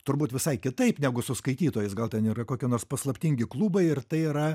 turbūt visai kitaip negu su skaitytojais gal ten ir kokie nors paslaptingi klubai ir tai yra